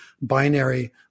binary